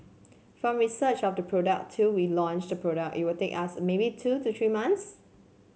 from research of the product till we launch the product it will take us maybe two to three months